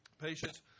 patience